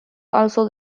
also